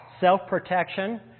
self-protection